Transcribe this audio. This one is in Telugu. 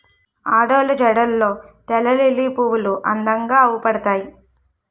ఆడోళ్ళు జడల్లో తెల్లలిల్లి పువ్వులు అందంగా అవుపడతాయి